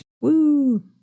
Woo